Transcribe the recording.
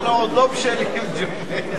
עשר דקות לרשותך.